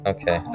Okay